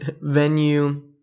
venue